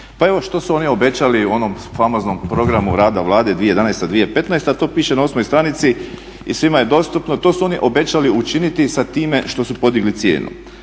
Pa evo što su oni obećali u onom famoznom programu rada Vlada 2011.-2015., to piše na osmoj stranici i svima je dostupno, to su oni obećali učiniti sa time što su podigli cijenu.